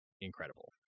incredible